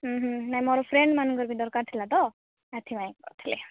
ନାଇଁ ମୋର ଫ୍ରେଣ୍ଡମାନଙ୍କର ବି ଦରକାର ଥିଲା ତ ସେଥିପାଇଁ କହୁଥିଲି